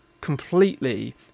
completely